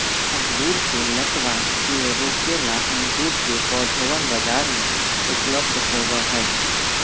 अंगूर के लतावा के रोके ला अंगूर के पौधवन बाजार में उपलब्ध होबा हई